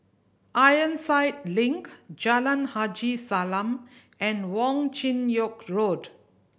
Ironside Link Jalan Haji Salam and Wong Chin Yoke Road